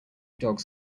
dogs